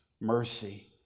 mercy